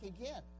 again